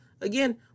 Again